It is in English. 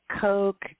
Coke